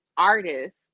artist